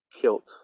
kilt